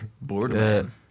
Boardman